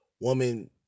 Woman